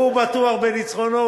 הוא בטוח בניצחונו,